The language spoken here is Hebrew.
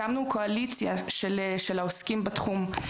הקמנו קואליציה של העוסקים בתחום,